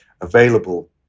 available